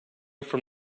from